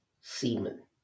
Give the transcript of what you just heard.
semen